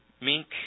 mink